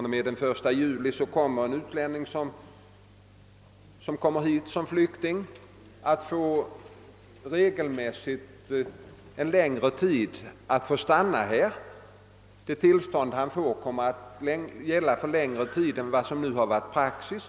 länning som kommer hit som flykting regelmässigt stanna här längre än tidigare. Det tillstånd han får gäller längre tid än vad som hittills varit praxis.